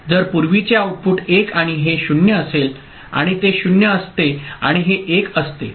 जर पूर्वीचे आउटपुट 1 आणि हे 0 असेल आणि ते 0 असते आणि हे 1 असते